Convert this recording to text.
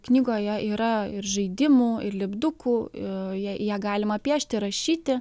knygoje yra ir žaidimų ir lipdukų į ją galima piešti rašyti